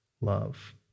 love